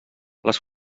les